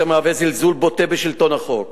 אשר מהווה זלזול בוטה בשלטון החוק.